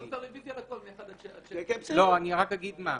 הוא עשה רביזיה מ-1 עד 7. אני רק אגיד מה.